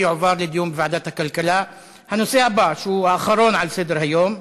שהוא האחרון בסדר-היום: